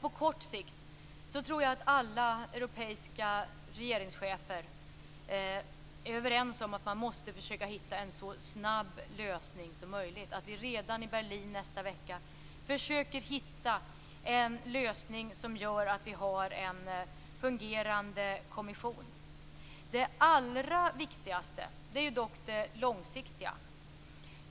På kort sikt tror jag att alla europeiska regeringschefer är överens om att man måste försöka hitta en så snabb lösning som möjligt, dvs. att vi redan i Berlin nästa vecka försöker hitta en lösning som gör att vi har en fungerande kommission. Det allra viktigaste är dock det långsiktiga.